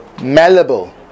malleable